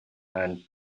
and